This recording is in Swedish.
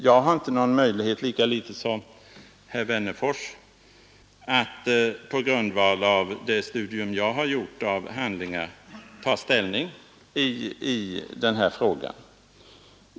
Jag har inte någon möjlighet, lika litet som herr Wennerfors, att på grundval av det studium jag har gjort av handlingar ta ställning i den här frågan.